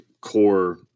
core